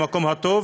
המקום הטוב,